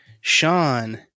Sean